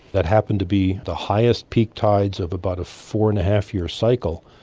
that happened to be the highest peak tides of about a four and a half year cycle,